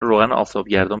آفتابگردان